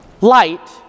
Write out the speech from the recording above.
light